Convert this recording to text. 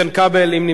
אם נמצא כאן,